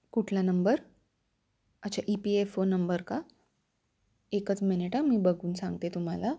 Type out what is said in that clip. कुठला नंबर अच्छा E P F O number का एकच मिनिट आ मी बघून सांगते तुम्हाला